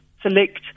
select